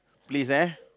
please eh